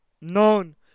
known